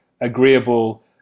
agreeable